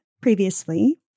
previously